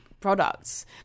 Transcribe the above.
products